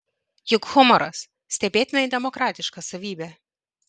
juk humoras stebėtinai demokratiška savybė